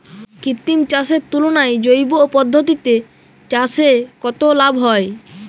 কৃত্রিম চাষের তুলনায় জৈব পদ্ধতিতে চাষে কত লাভ হয়?